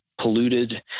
polluted